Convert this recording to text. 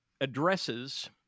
addresses